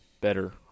better